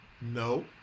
No